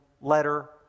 letter